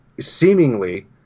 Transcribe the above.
seemingly